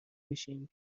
میشیم